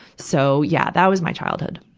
so, yeah, that was my childhood.